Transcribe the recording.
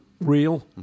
real